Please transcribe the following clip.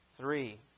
three